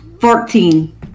Fourteen